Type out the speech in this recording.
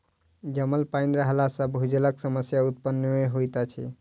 जमल पाइन रहला सॅ भूजलक समस्या उत्पन्न नै होइत अछि